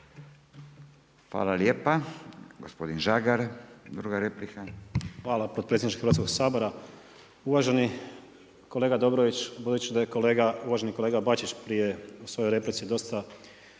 Hvala lijepa. Gospodin Žagar druga replika. **Žagar, Tomislav (Nezavisni)** Hvala potpredsjedniče Hrvatskog sabora. Uvaženi kolega Dobrović, budući da je uvaženi kolega Bačić prije u svojoj replici dosta